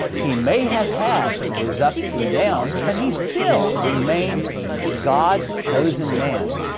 he may have had his ups and downs, but he still remained god's chosen man.